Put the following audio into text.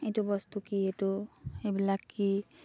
এইটো বস্তু কি এইটো এইবিলাক কি